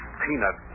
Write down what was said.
peanut